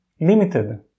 limited